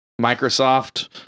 Microsoft